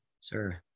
sir